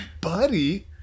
buddy